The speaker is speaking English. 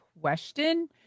question